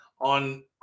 on